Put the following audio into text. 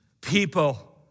people